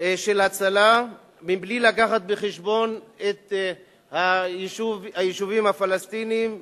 של הצלה בלי להביא בחשבון את היישובים הפלסטיניים,